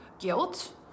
guilt